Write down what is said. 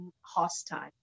hostile